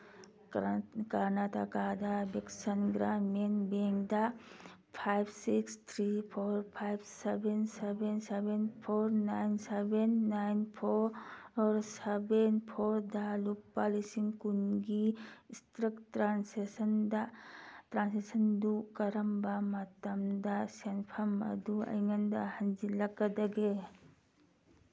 ꯀꯔꯅꯥꯇꯥꯀꯥꯗ ꯕꯤꯛꯁꯟ ꯒ꯭ꯔꯃꯤꯟ ꯕꯦꯡꯗ five six three four five seven seven seven four nine seven nine four seven ꯐꯣꯔꯗ ꯂꯨꯄꯥ ꯂꯤꯁꯤꯡ ꯀꯨꯟꯒꯤ ꯏꯁꯇ꯭ꯔꯤꯛ ꯇ꯭ꯔꯥꯟꯁꯦꯛꯁꯟꯗꯨ ꯀꯔꯝꯕ ꯃꯇꯝꯗ ꯁꯦꯟꯐꯝ ꯑꯗꯨ ꯑꯩꯉꯣꯟꯗ ꯍꯟꯖꯤꯜꯂꯛꯀꯗꯒꯦ